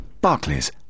Barclays